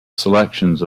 selections